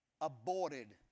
aborted